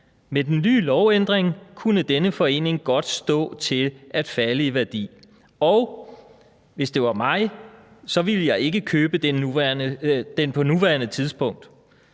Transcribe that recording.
»med den nye lovændring kunne denne forening godt stå til at falde i værdi«, og »hvis det var mig, så ville jeg ikke købe den på nuværende tidspunkt.